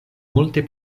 multe